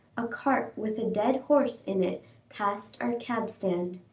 a cart with a dead horse in it passed our cab stand.